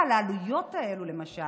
אבל העלויות האלה, למשל,